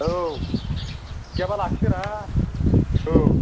औ गैयाबा लाखियोरा औ